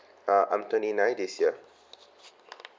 uh I'm twenty nine this year